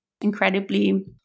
incredibly